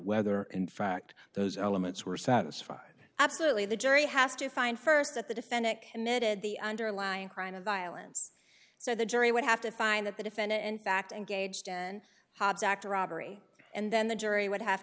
whether in fact those elements were satisfied absolutely the jury has to find first that the defendant committed the underlying crime of violence so the jury would have to find that the defendant in fact engaged in hobbs act or robbery and then the jury would have